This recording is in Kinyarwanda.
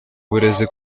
uburezi